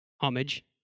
homage